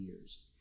years